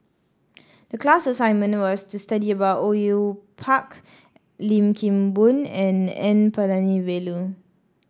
the class assignment was to study about Au Yue Pak Lim Kim Boon and N Palanivelu